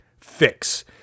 fix